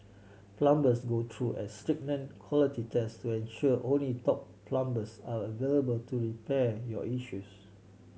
plumbers go through a stringent quality test ensure only top plumbers are available to repair your issues